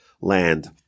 land